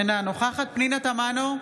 בעד פנינה תמנו,